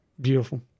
Beautiful